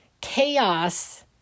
chaos